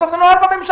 בסוף זה נוהל בממשלה.